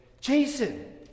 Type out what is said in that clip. jason